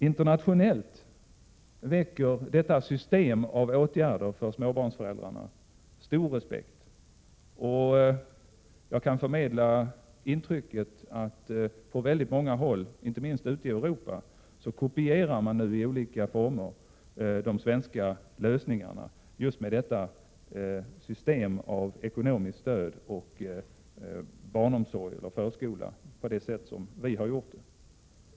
Internationellt väcker detta system av åtgärder för småbarnsföräldrarna stor respekt. Jag kan förmedla intrycket att man nu på väldigt många håll, inte minst ute i Europa i olika former kopierar de svenska lösningarna med just det system av ekonomiskt stöd och barnomsorg eller förskola som vi har.